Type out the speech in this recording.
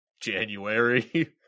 January